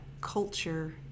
culture